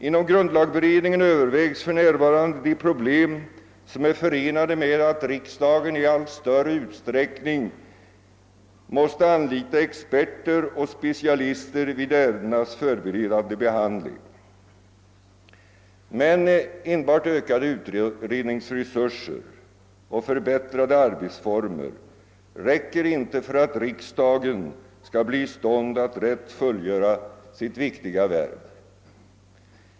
Inom grundlagberedningen övervägs för närvarande de problem som är förenade med att riksdagen i allt större utsträckning måste anlita experter och specialister vid ärendenas förberedande behandling. Men enbart ökade utredningsresurser och förbättrade arbetsformer räcker inte för att riksdagen skall bli i stånd att rätt fullgöra sitt viktiga värv.